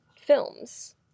Films